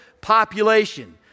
population